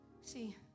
See